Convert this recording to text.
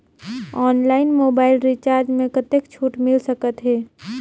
Online mobile recharge मे कतेक छूट मिल सकत हे?